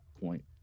point